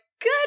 good